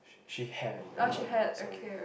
she had a partner sorry